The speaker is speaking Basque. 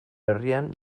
herrian